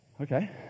Okay